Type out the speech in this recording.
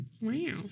Wow